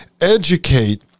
educate